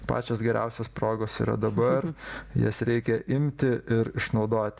pačios geriausios progos yra dabar jas reikia imti ir išnaudoti